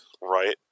right